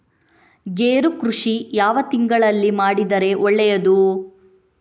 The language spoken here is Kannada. ಗೇರು ಕೃಷಿ ಯಾವ ತಿಂಗಳಲ್ಲಿ ಮಾಡಿದರೆ ಒಳ್ಳೆಯದು?